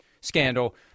scandal